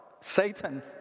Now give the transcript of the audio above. Satan